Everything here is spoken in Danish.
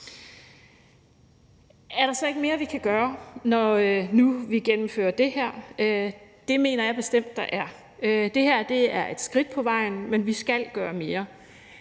Er der så ikke mere, vi kan gøre, når nu vi gennemfører det her? Det mener jeg bestemt der er. Det her er et skridt på vejen, men vi skal gøre mere.